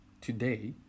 today